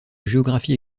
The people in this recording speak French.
géographie